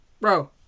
bro